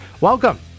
Welcome